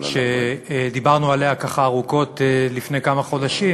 שדיברנו עליה ככה ארוכות לפני כמה חודשים,